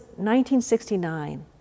1969